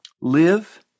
live